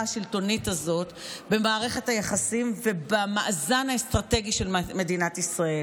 השלטונית הזאת במערכת היחסים ובמאזן האסטרטגי של מדינת ישראל.